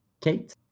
kate